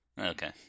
Okay